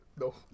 No